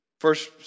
First